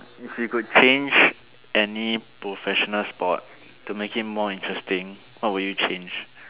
if you could change any professional sport to make it more interesting what will you change